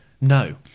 no